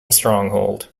stronghold